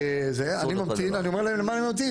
אני אומר להם: למה אני ממתין?